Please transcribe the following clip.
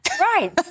Right